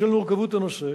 בשל מורכבות הנושא